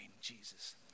Jesus